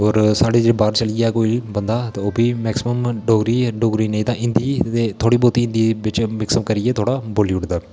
होर साढ़े च बाह्र चली जा कोई बंदा ता ओह् मैकसिमम डोगरी डोगरी नेईं तां हिन्दी थोह्ड़ी बौह्ती हिन्दी बिच्च मिक्सअप करियै थोह्ड़ा बोली ओड़दे